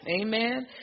Amen